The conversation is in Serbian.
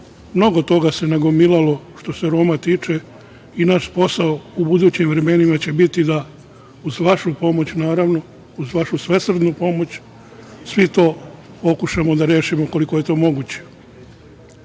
toga se nagomilalo što se Roma tiče i naš posao u budućim vremenima će biti da uz vašu pomoć, naravno, uz vašu svesrdnu pomoć, svi to pokušamo da rešimo koliko je to moguće. Moram